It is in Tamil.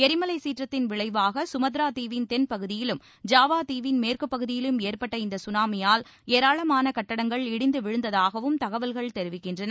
எரிமலை சீற்றத்தின் விளைவாக சுமத்ரா தீவின் தென்பகுதியிலும் ஜாவா தீவின் மேற்குப் பகுதியிலும் ஏற்பட்ட இந்த கனாமியால் ஏராளமான கட்டிடங்கள் இடிந்து விழுந்ததாகவும் தகவல்கள் தெரிவிக்கின்றன